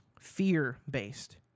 fear-based